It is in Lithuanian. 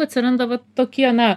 atsiranda va tokie na